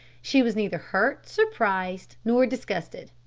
she was neither hurt, surprised, nor disgusted.